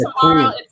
tomorrow